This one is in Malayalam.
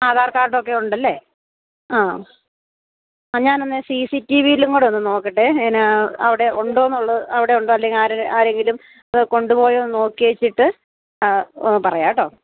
ആധാർകാർഡൊക്കെ ഉണ്ടല്ലേ ആ ഞാനൊന്ന് സി സി ടിവിയിലും കൂടൊന്ന് നോക്കട്ടെ എന്നാ അവിടെ ഉണ്ടോ എന്ന് ഉള്ളത് അവിടെ ഉണ്ടോ അല്ലെൽ ആരെ ആരെങ്കിലും കൊണ്ടുപോയോന്ന് നോക്കിയേച്ചിട്ട് പറയാം കേട്ടോ